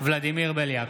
ולדימיר בליאק,